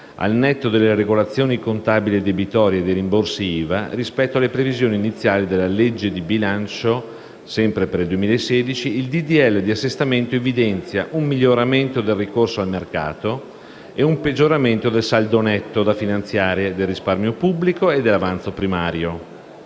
al netto delle regolazioni contabili e debitorie e dei rimborsi IVA, rispetto alle previsioni iniziali della legge di bilancio per il 2016, il disegno di legge di assestamento evidenzia un miglioramento del ricorso al mercato e un peggioramento del saldo netto da finanziare, del risparmio pubblico e dell'avanzo primario.